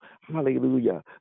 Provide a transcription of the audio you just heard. Hallelujah